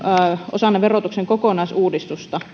osana verotuksen kokonaisuudistusta